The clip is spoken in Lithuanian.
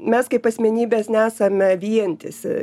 mes kaip asmenybės nesame vientisi